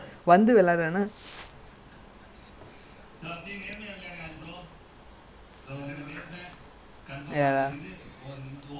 I think you just got like this like I think he just got because he he got so many chance then he miss ya lah I mean maybe he is frustrated lah don't know